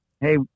Hey